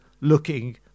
looking